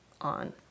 on